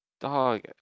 Dog